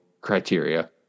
criteria